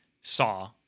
Saw